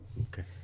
okay